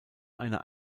einer